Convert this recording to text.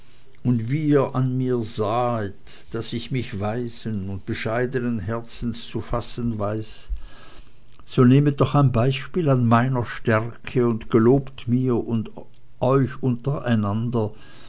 und wie ihr an mir sahet daß ich mich weisen und bescheidenen herzens zu fassen weiß so nehmet doch ein beispiel an meiner stärke und gelobet mir und euch untereinander